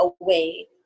away